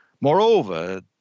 Moreover